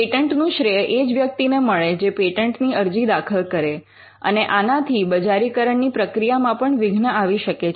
પેટન્ટનું શ્રેય એ જ વ્યક્તિને મળે જે પેટન્ટની અરજી દાખલ કરે અને આનાથી બજારીકરણની પ્રક્રિયામાં પણ વિઘ્ન આવી શકે છે